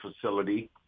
facility